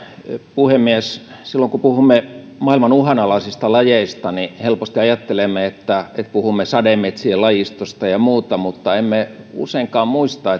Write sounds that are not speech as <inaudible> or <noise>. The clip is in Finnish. puhemies silloin kun puhumme maailman uhanalaisista lajeista helposti ajattelemme että puhumme sademetsien lajistosta ja muusta mutta emme useinkaan muista <unintelligible>